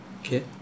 okay